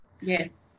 Yes